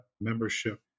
membership